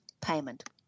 payment